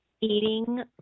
eating